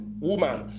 woman